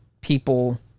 people